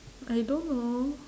I don't know